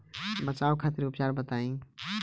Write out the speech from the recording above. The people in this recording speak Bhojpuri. बचाव खातिर उपचार बताई?